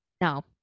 No